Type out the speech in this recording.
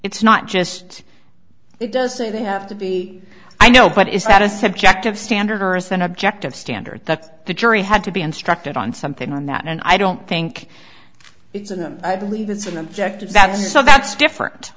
it's not just it does say they have to be i know but is that a subjective standard than objective standard that the jury had to be instructed on something on that and i don't think it's in them i believe it's an objective that is so that's different